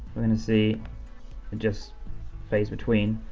we're gonna see just phase between.